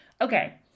Okay